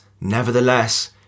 nevertheless